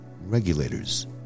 regulators